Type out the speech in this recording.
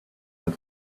and